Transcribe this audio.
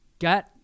got